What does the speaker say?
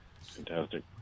Fantastic